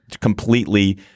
completely